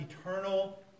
eternal